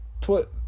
put